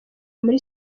muri